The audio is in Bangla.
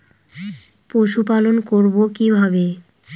পশুপালন করব কিভাবে?